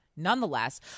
Nonetheless